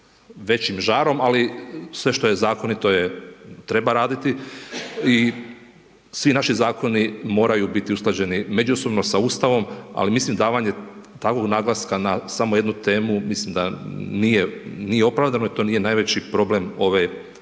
većim žarom, ali sve što je zakonito treba raditi i svi naši zakoni moraju biti usklađeni međusobno sa Ustavom, ali mislim davanje takvog naglaska samo na jednu temu mislim da nije opravdano i to nije najveći problem ove države,